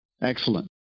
Excellent